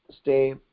stay